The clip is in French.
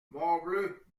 morbleu